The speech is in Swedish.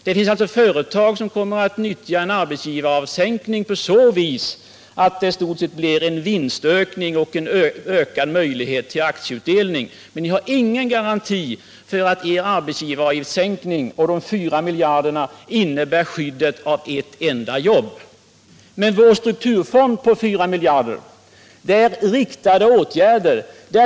Det finns alltså företag som kommer att nyttja en sänkning av arbetsgivaravgiften på så vis att det i stort blir en vinstökning och ökad möjlighet till aktieutdelning. Ni har ingen garanti för att er arbetsgivaravgiftssänkning och de 4 miljarderna innebär skyddet av ett enda jobb. Men vår strukturfond på 4 miljarder innebär riktade åtgärder.